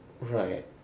right